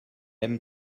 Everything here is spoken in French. aime